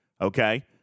Okay